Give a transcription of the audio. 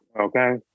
Okay